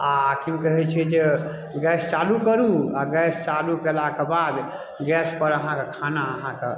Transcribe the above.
आओर कि कहै छै जे गैस चालू करू आओर गैस चालू कयलाके बाद गैसपर अहाँके खाना अहाँके